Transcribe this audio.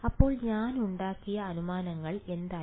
അപ്പോൾ ഞാൻ ഉണ്ടാക്കിയ അനുമാനങ്ങളിൽ എന്തായിരുന്നു